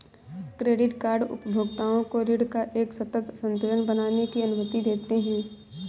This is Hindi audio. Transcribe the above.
क्रेडिट कार्ड उपभोक्ताओं को ऋण का एक सतत संतुलन बनाने की अनुमति देते हैं